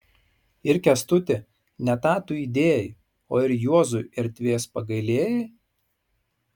ir kęstutį ne tą tu įdėjai o ir juozui erdvės pagailėjai